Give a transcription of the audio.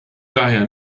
daher